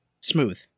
smooth